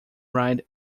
ride